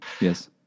Yes